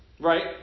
Right